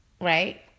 Right